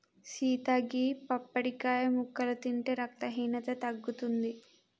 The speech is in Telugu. సీత గీ పప్పడికాయ ముక్కలు తింటే రక్తహీనత తగ్గుతుంది